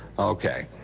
ok,